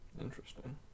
Interesting